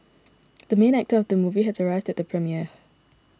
the main actor of the movie has arrived at the premiere